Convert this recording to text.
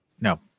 No